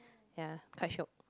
ya quite sure